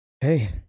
Hey